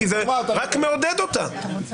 כי זה רק מעודד אותה.